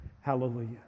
Hallelujah